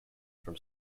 from